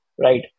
Right